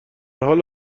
حال